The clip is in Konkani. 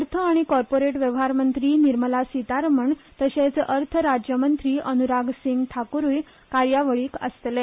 अर्थ आनी कोर्पोरेट वेव्हार मंत्री निर्मला सीतारमण तशेच अर्थराज्यमंत्री अन्राग सिंग ठाकूरूय कार्यावळीक आसतले